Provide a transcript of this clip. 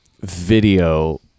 video